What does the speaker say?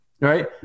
right